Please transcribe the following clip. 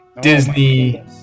disney